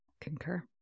concur